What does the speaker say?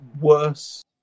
worse